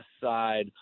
side